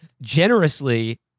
generously